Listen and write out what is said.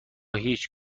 هیچ